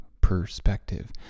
perspective